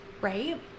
right